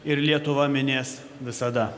ir lietuva minės visada